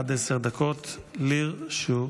עד עשר דקות לרשותך.